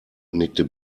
nickte